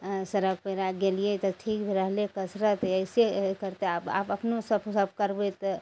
सड़क पैरा गेलियै तऽ ठीक रहलइ कसरत अइसे करतइ आब आब अपनो सब करबइ तऽ